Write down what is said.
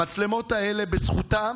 המצלמות האלה, בזכותן